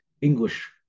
English